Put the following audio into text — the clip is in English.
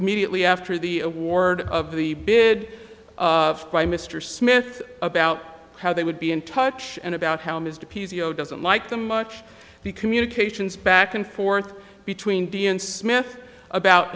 immediately after the award of the bid by mr smith about how they would be in touch and about how mr p c o doesn't like them much be communications back and forth between d and smith about